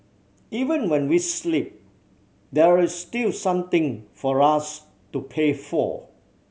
even when we sleep there is still something for us to pay for